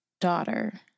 daughter